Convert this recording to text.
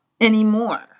anymore